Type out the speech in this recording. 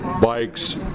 bikes